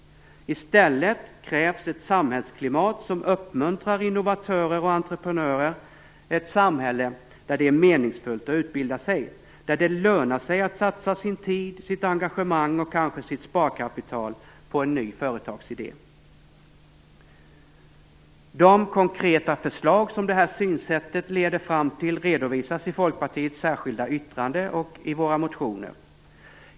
I stället krävs ett samhällsklimat som uppmuntrar innovatörer och entreprenörer, ett samhälle där det är meningsfullt att utbilda sig, där det lönar sig att satsa sin tid, sitt engagemang och kanske sitt sparkapital på en ny företagsidé. De konkreta förslag som det här synsättet leder fram till redovisas i Folkpartiets särskilda yttrande och i våra motioner.